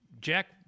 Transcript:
Jack